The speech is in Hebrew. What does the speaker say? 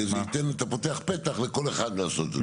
שאתה פותח פתח לכל אחד לעשות את זה.